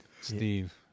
Steve